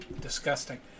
Disgusting